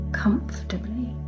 comfortably